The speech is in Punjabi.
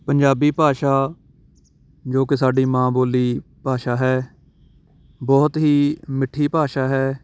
ਪੰਜਾਬੀ ਭਾਸ਼ਾ ਜੋ ਕਿ ਸਾਡੀ ਮਾਂ ਬੋਲੀ ਭਾਸ਼ਾ ਹੈ ਬਹੁਤ ਹੀ ਮਿੱਠੀ ਭਾਸ਼ਾ ਹੈ